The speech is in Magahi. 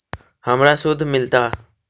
हमरा शुद्ध मिलता?